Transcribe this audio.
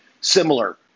similar